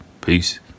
Peace